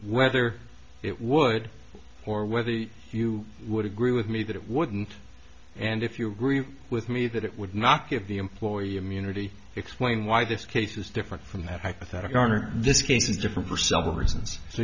whether it would or whether you would agree with me that it wouldn't and if you agree with me that it would not give the employee immunity explain why this case is different from that hypothetic arnor this case is different for several reasons so